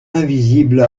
invisible